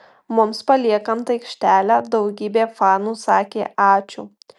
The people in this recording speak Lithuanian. mums paliekant aikštelę daugybė fanų sakė ačiū